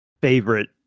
favorite